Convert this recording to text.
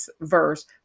verse